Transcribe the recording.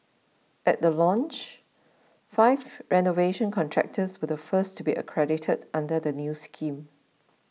at the launch five renovation contractors were the first to be accredited under the new scheme